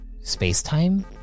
space-time